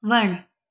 वणु